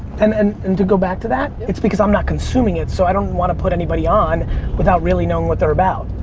and and and to go back to that, it's because i'm not consuming it so i don't want to put anybody on without really knowing what they're about.